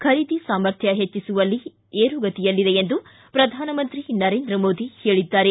ಖರೀದಿ ಸಾಮರ್ಥ್ಯ ಹೆಚ್ಚಿಸುವಲ್ಲಿ ಏರುಗತಿಯಲ್ಲಿದೆ ಎಂದು ಪ್ರಧಾನಮಂತ್ರಿ ನರೇಂದ್ರ ಮೋದಿ ಹೇಳಿದ್ದಾರೆ